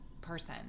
person